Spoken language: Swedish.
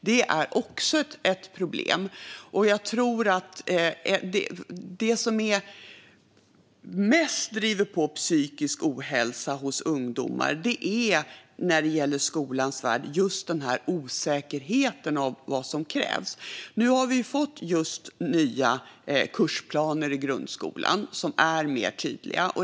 Detta är också ett problem, och jag tror att det som mest driver på psykisk ohälsa hos ungdomar i skolans värld är just den här osäkerheten gällande vad som krävs. Nu har vi fått nya och tydligare kursplaner i grundskolan.